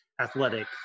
athletic